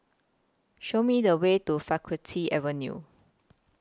Show Me The Way to Faculty Avenue